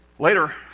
Later